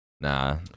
nah